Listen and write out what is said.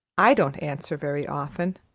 i don't answer very often.